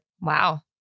Wow